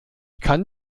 kann